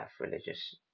religious